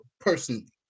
personally